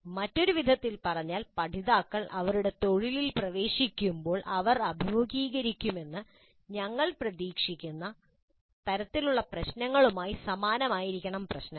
മറ്റൊരു വിധത്തിൽ പറഞ്ഞാൽ പഠിതാക്കൾ അവരുടെ തൊഴിലിൽ പ്രവേശിക്കുമ്പോൾ അവർ അഭിമുഖീകരിക്കുമെന്ന് ഞങ്ങൾ പ്രതീക്ഷിക്കുന്ന തരത്തിലുള്ള പ്രശ്നങ്ങളുമായി സമാനമായിരിക്കണം പ്രശ്നങ്ങൾ